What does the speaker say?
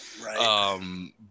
Right